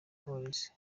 polisi